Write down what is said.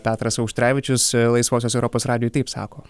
petras auštrevičius laisvosios europos radijui taip sako